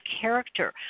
character